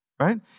right